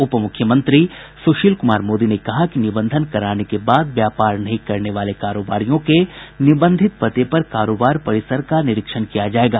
उपमुख्यमंत्री सुशील कुमार मोदी ने कहा कि निबंधन कराने के बाद व्यापार नहीं करने वाले कारोबारियों के निबंधित पते पर कारोबार परिसर का निरीक्षण किया जायेगा